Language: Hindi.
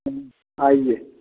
आइए